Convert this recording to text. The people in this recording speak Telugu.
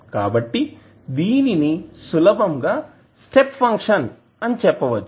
కాబట్టి దీనిని సులభంగా స్టెప్ ఫంక్షన్ అని చెప్పవచ్చు